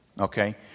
Okay